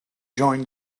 joined